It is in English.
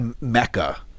mecca